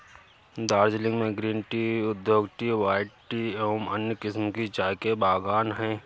दार्जिलिंग में green tea, oolong tea, white tea एवं अन्य किस्म के चाय के बागान हैं